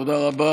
תודה רבה.